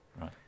right